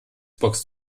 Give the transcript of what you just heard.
box